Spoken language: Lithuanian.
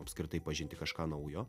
apskritai pažinti kažką naujo